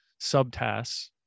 subtasks